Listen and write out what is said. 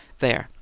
there!